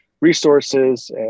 resources